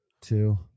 two